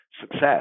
success